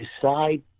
decide